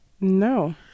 no